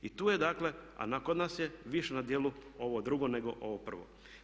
I tu je dakle, a kod nas je više na djelu ovo drugo nego ovo prvo.